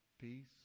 peace